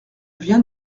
viens